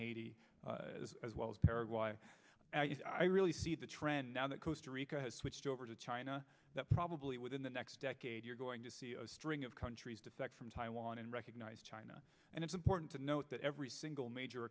haiti as well as paraguayan i really see the trend now that costa rica has switched over to china that probably within the next decade you're going to see a string of countries defect from taiwan and recognize china and it's important to note that every single major